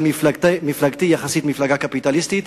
וגם מפלגתי היא יחסית מפלגה קפיטליסטית.